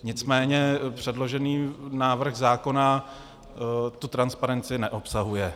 Nicméně předložený návrh zákona tu transparenci neobsahuje.